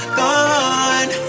gone